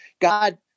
God